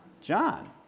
John